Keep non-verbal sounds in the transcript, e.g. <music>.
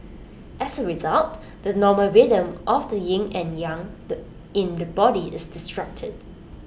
as A result the normal rhythm of the yin and yang <unintelligible> in the body is disrupted